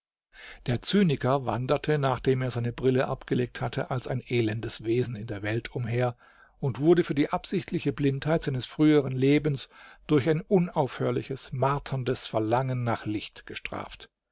der zyniker wanderte nachdem er seine brille abgelegt hatte als ein elendes wesen in der welt umher und wurde für die absichtliche blindheit seines früheren lebens durch ein unaufhörliches marterndes verlangen nach licht gestraft